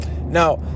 now